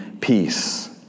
Peace